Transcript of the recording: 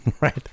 right